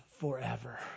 forever